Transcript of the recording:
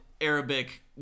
Arabic